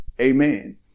amen